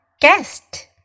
guest